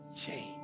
Change